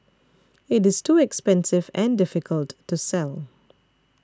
it is too expensive and difficult to sell